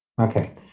Okay